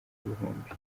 ibihumbi